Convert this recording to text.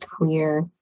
clear